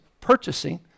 purchasing